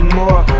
more